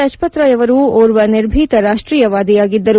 ಲಜಪತ್ರಾಯ್ ಅವರು ಓರ್ವ ನಿರ್ಭೀತ ರಾಷ್ಟೀಯವಾದಿಯಾಗಿದ್ದರು